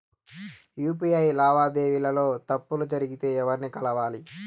UPI లావాదేవీల లో తప్పులు జరిగితే ఎవర్ని కలవాలి?